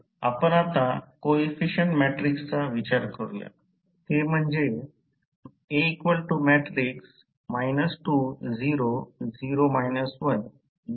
आपण आता कोइफिसिएंट मॅट्रिक्सचा विचार करूया ते म्हणजे आपल्याकडे n 2 आहे